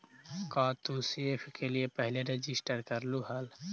का तू सी.एस के लिए पहले रजिस्टर करलू हल